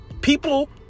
people